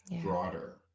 broader